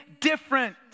different